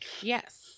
Yes